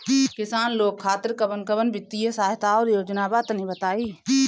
किसान लोग खातिर कवन कवन वित्तीय सहायता और योजना बा तनि बताई?